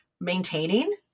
maintaining